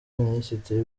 minisitiri